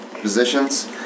positions